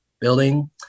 building